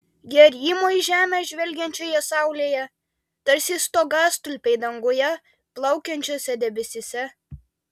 jie rymo į žemę žvelgiančioje saulėje tarsi stogastulpiai danguje plaukiančiuose debesyse